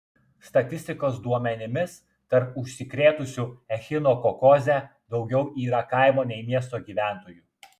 statistikos duomenimis tarp užsikrėtusių echinokokoze daugiau yra kaimo nei miesto gyventojų